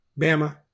Bama